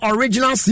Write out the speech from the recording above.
Original